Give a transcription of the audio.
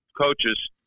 coaches